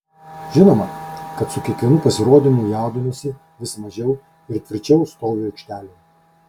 žinoma kad su kiekvienu pasirodymu jaudinuosi vis mažiau ir tvirčiau stoviu aikštelėje